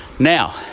Now